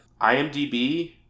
IMDB